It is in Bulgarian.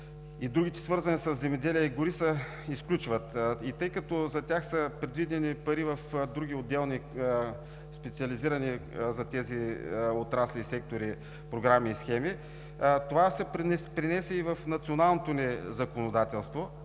другите, свързани със земеделие и гори, се изключват. И тъй като за тях са предвидени пари в други отделни специализирани за тези отрасли сектори програми и схеми, това се пренесе и в националното ни законодателство.